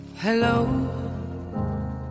hello